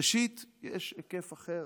ראשית, יש היקף אחר